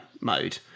mode